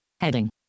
Heading